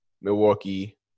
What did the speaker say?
Milwaukee